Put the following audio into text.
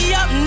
up